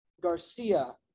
Garcia